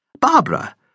Barbara